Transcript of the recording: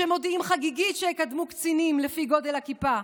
שמודיעים חגיגית שיקדמו קצינים לפי גודל הכיפה,